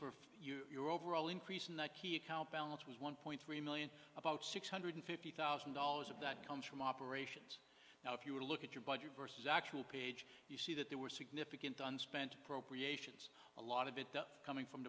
for you your overall increase in that key account balance was one point three million about six hundred fifty thousand dollars of that comes from operations now if you were to look at your budget versus actual page you see that there were significant unspent appropriations a lot of it done coming from